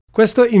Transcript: Questo